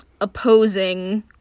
opposing